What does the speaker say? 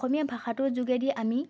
অসমীয়া ভাষাটোৰ যোগেদি আমি